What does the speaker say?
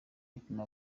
bituma